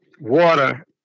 water